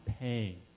pain